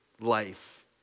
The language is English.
life